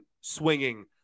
swinging